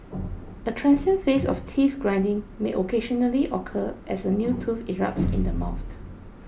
a transient phase of teeth grinding may occasionally occur as a new tooth erupts in the mouth